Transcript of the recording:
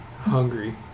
Hungry